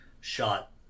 shot